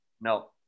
No